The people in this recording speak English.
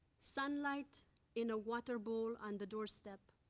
sunlight in a waterbowl on the doorstep,